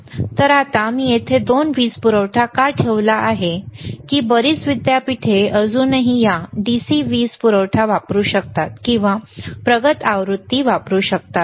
तर आता मी येथे दोन्ही वीज पुरवठा का ठेवला आहे की बरीच विद्यापीठे अजूनही या DC वीज पुरवठा वापरू शकतात किंवा प्रगत आवृत्ती वापरू शकतात